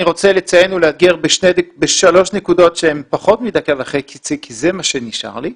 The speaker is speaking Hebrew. אני רוצה לציין שלוש נקודות כי זה מה שנשאר לי.